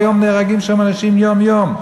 והיום נהרגים שם אנשים יום-יום.